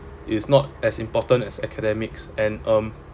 it's not as important as academics and um